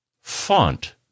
font